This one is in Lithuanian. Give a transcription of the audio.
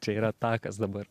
čia yra takas dabar